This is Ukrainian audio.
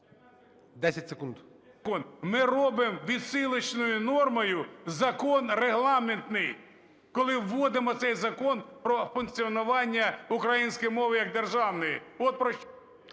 НІМЧЕНКО В.І. Ми робимо відсилочною нормою закон регламентний, коли вводимо цей закон про функціонування української мови як державної. От про що…